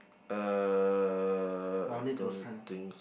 uh don't think